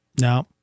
No